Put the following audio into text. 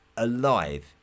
Alive